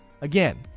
again